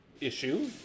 issue